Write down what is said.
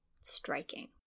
striking